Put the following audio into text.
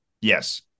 Yes